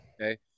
Okay